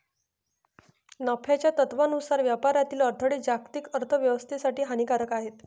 नफ्याच्या तत्त्वानुसार व्यापारातील अडथळे जागतिक अर्थ व्यवस्थेसाठी हानिकारक आहेत